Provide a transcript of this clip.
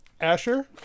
asher